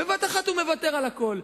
בבת אחת הוא מוותר על הכול.